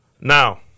Now